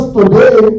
today